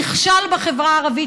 נכשל בחברה הערבית,